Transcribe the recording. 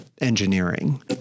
engineering